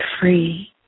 free